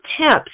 tips